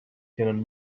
tenen